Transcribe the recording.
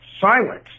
silence